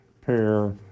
pair